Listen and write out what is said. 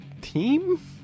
team